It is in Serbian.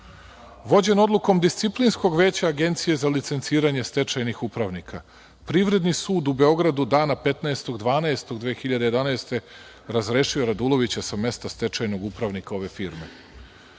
Vođen odlukom Disciplinskog veća Agencije za licenciranje stečajnih upravnika, Privredni sud u Beogradu, dana 15.12.2011. godine, razrešio je Radulovića sa mesta stečajnog upravnika ove firme.